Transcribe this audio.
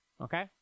okay